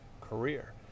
career